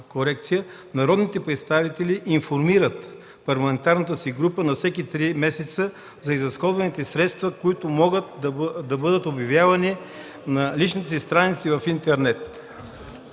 „Народните представители информират парламентарната си група на всеки три месеца за изразходваните средства, които могат да бъдат обявявани на личните страници в интернет”.